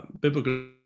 biblical